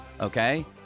Okay